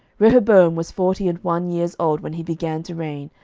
rehoboam was forty and one years old when he began to reign,